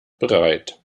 bereit